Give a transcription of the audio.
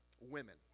women